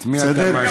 את מי אתה מאשים?